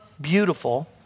beautiful